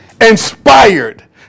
inspired